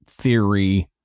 theory